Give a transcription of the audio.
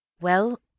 Well